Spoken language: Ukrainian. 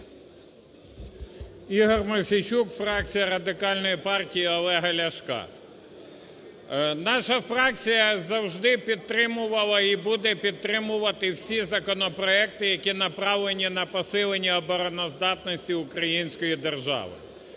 Ігор Мосійчук, фракція Радикальної партії Олега Ляшка. Наша фракція завжди підтримувала і буде підтримувати всі законопроекти, які направлені на посилення обороноздатності української держави.